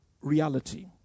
reality